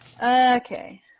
okay